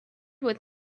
with